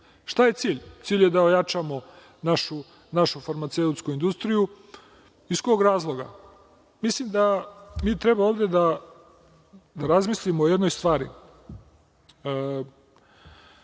je cilj? Cilj je da ojačamo našu farmaceutsku industriju. Iz kog razloga? Mislim da mi treba ovde da razmislimo o jednoj stvari,